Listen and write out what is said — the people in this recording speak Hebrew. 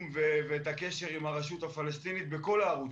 ואת הקשר עם הרשות הפלסטינית בכל הערוצים,